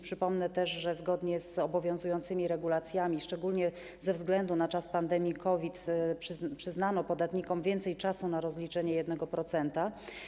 Przypomnę też, że zgodnie z obowiązującymi regulacjami, szczególnie ze względu na czas pandemii COVID, przyznano podatnikom więcej czasu na rozliczenie 1%.